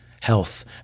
health